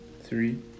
three